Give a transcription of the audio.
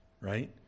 right